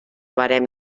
barem